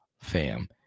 fam